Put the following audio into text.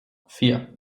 vier